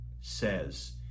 says